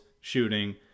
shooting